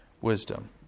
wisdom